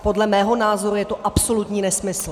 Podle mého názoru je to absolutní nesmysl.